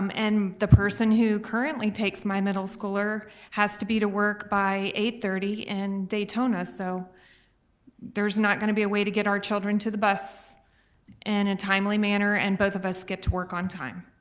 um and the person who currently takes my middle schooler has to be to work by eight thirty in daytona so there's not gonna be a way to get our children to the bus in a timely manner and both of us get to work on time.